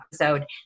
episode